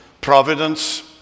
providence